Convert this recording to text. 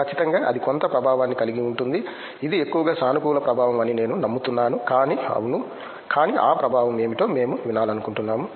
ఖచ్చితంగా అది కొంత ప్రభావాన్ని కలిగి ఉంటుంది ఇది ఎక్కువగా సానుకూల ప్రభావం అని నేను నమ్ముతున్నాను కానీ అవును కానీ ఆ ప్రభావం ఏమిటో మేము వినాలనుకుంటున్నాము